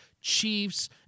Chiefs